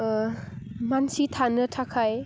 मानसि थानो थाखाय